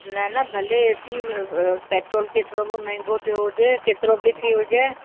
न न भले ए सी पैट्रोल केतिरो बि महांगो थियो हुजे केतिरो बि थी हुजे